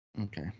Okay